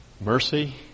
Mercy